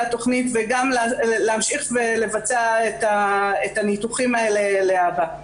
התכנית וגם להמשיך ולבצע את הניתוחים האלה להבא.